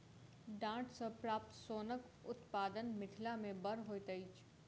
डांट सॅ प्राप्त सोनक उत्पादन मिथिला मे बड़ होइत अछि